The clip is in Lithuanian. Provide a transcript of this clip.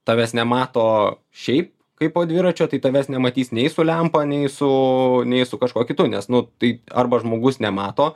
tavęs nemato šiaip kaipo dviračio tai tavęs nematys nei su lempa nei su nei su kažkuo kitu nes nu tai arba žmogus nemato